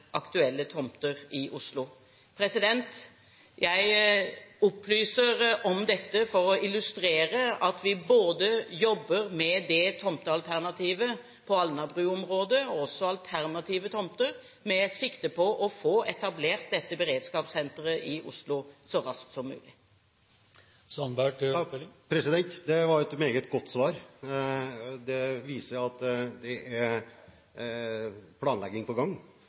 aktuelle tomter i Oslo. Jeg opplyser om dette for å illustrere at vi jobber både med tomtealternativet på Alnabru-området og alternative tomter med sikte på å få etablert dette beredskapssenteret i Oslo så raskt som mulig. Det var et meget godt svar. Det viser at det er planlegging på gang,